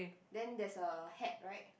then there's a hat right